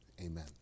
amen